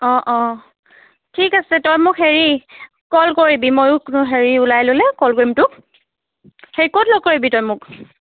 অঁ অঁ ঠিক আছে তই মোক হেৰি কল কৰিবি মইয়ো হেৰি ওলাই ল'লে কল কৰিম তোক হেৰি ক'ত লগ কৰিবি তই মোক